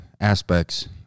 aspects